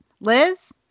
Liz